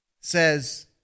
says